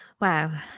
wow